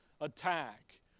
attack